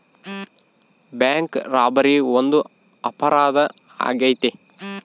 bank robbery ಒಂದು ಅಪರಾಧ ಆಗೈತೆ